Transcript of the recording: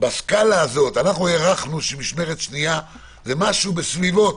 אנחנו הערכנו שמשמרת שנייה זה משהו בסביבות